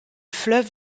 fleuve